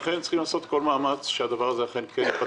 לכן צריך לעשות כל מאמץ שהדבר הזה כן ייפתר.